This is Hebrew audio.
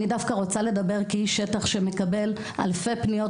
אני דווקא רוצה לדבר כאיש שטח שמקבל אלפי פניות